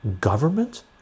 government